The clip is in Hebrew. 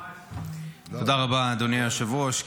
תודה רבה, אדוני היושב-ראש.